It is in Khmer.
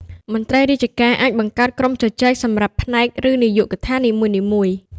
មន្ត្រីរាជការអាច បង្កើតក្រុមជជែក សម្រាប់ផ្នែក ឬនាយកដ្ឋាននីមួយៗ។